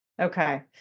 okay